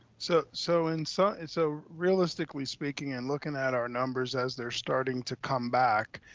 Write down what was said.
so so and so and so realistically speaking and looking at our numbers, as they're starting to come back,